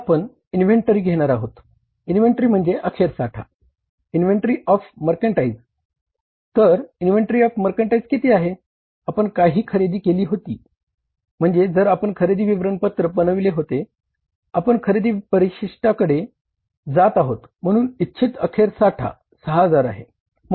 आता आपण इन्व्हेंटरी होईल